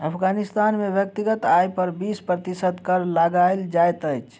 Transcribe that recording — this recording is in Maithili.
अफ़ग़ानिस्तान में व्यक्तिगत आय पर बीस प्रतिशत कर लगायल जाइत अछि